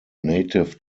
native